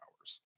hours